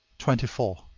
twenty four.